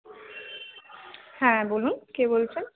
হ্যাঁ বলুন কে বলছেন